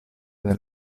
del